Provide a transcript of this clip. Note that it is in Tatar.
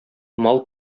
мал